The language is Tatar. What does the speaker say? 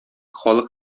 халык